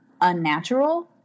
unnatural